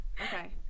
okay